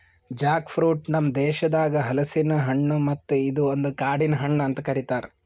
Jack fruit ನಮ್ ದೇಶದಾಗ್ ಹಲಸಿನ ಹಣ್ಣು ಮತ್ತ ಇದು ಒಂದು ಕಾಡಿನ ಹಣ್ಣು ಅಂತ್ ಕರಿತಾರ್